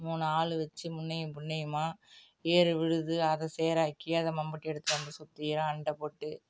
மூணு ஆள் வச்சு முன்னேயும் பின்னேயுமா ஏர் உழுது அதை சேறாக்கி அதை மம்முட்டி எடுத்துகிட்டு வந்து சுற்றிலும் அண்டைப் போட்டு